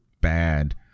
bad